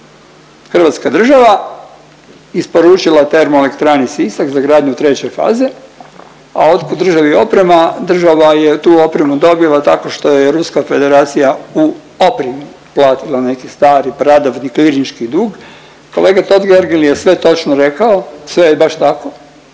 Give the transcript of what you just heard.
Hrvatska država isporučila TE Sisak za gradnju treće faze. A od kud državi oprema? Država je tu opremu dobila tako što je Ruska Federacija u opremi platila neki stari pradavni … dug. Kolega Totgergeli je sve točno rekao, sve je baš tako,